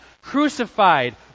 crucified